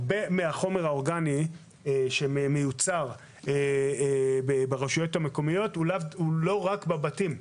הרבה מהחומר האורגני שמיוצר ברשויות המקומיות הוא לא רק בבתים.